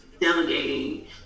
delegating